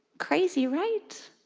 crazy, right?